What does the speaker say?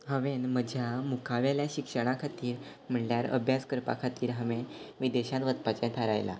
हांवेन म्हज्या मुखावेल्या शिक्षणा खातीर म्हणल्यार अभ्यास करपा खातीर हांवें विदेशांत वचपाचें थारायलां